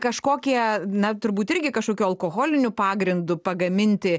kažkokie na turbūt irgi kažkokiu alkoholiniu pagrindu pagaminti